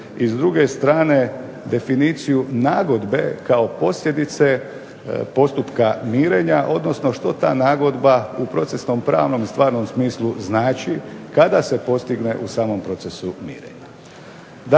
i s druge strane definicije nagodbe kao posljedice postupka mirenja, odnosno što ta nagodba u procesnom pravnom, stvarnom smislu znači kada se postigne u samom procesu mirenja.